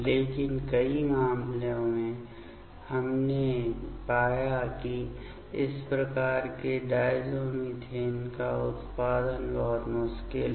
लेकिन कई मामलों में हमने पाया कि इस प्रकार के डायज़ोमिथेन का उत्पादन बहुत मुश्किल है